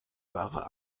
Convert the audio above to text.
wahrer